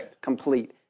complete